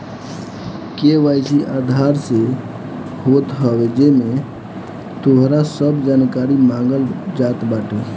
KYC Aadhaar से होत हवे जेमे तोहार सब जानकारी मांगल जात बाटे